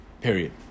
Period